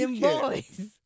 boys